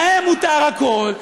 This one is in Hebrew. להם מותר הכול,